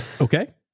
okay